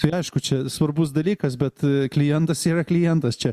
tai aišku čia svarbus dalykas bet klientas yra klientas čia